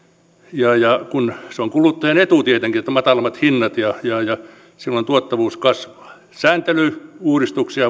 se on kuluttajan etu tietenkin että on matalammat hinnat ja silloin tuottavuus kasvaa sääntelyuudistukset